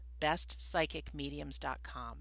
bestpsychicmediums.com